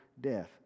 death